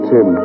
Tim